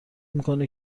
میکنه